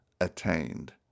attained